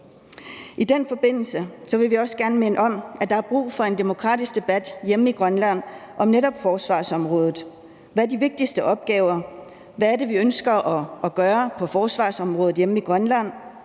I den forbindelse vil vi også gerne minde om, at der er brug for en demokratisk debat hjemme i Grønland om netop forsvarsområdet. Hvad er de vigtigste opgaver? Hvad er det, vi ønsker at gøre på forsvarsområdet hjemme i Grønland?